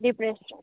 depression